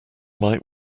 might